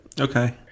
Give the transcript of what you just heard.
okay